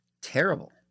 Terrible